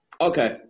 Okay